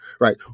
right